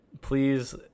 please